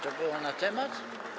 To było na temat?